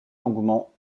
longuement